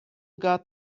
got